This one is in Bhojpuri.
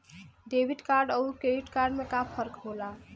डेबिट कार्ड अउर क्रेडिट कार्ड में का फर्क होला?